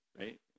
right